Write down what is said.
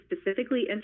specifically